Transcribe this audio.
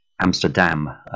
Amsterdam